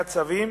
מהצווים.